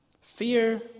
Fear